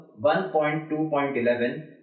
1.2.11